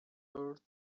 board